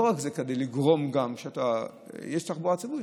לא רק כדי לגרום לכך שתהיה תחבורה ציבורית,